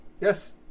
Yes